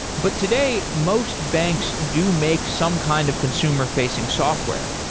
but today, most banks do make some kind of consumer-facing software.